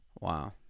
Wow